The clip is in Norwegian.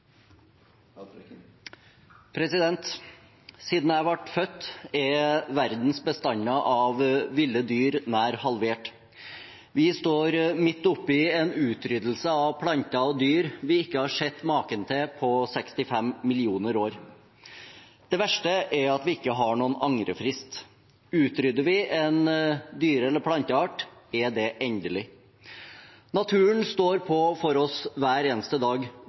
står midt oppi en utryddelse av planter og dyr vi ikke har sett maken til på 65 millioner år. Det verste er at vi ikke har noen angrefrist. Utrydder vi en dyre- eller planteart, er det endelig. Naturen står på for oss hver eneste dag,